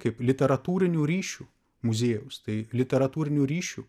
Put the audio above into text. kaip literatūrinių ryšių muziejaus tai literatūrinių ryšių